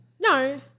No